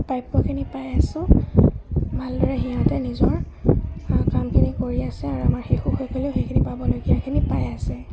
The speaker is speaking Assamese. প্ৰাপ্য়খিনি পাই আছোঁ ভালদৰে সিহঁতে নিজৰ কামখিনি কৰি আছে আৰু আমাৰ শিশুসকলেও সেইখিনি পাবলগীয়াখিনি পাই আছে